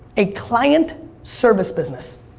a client service business.